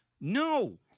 No